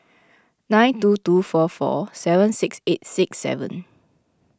nine two two four four seven six eight six seven